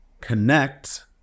connect